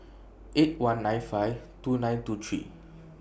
eight one nine five two nine two three